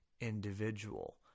individual